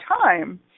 time